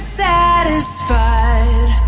satisfied